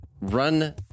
Run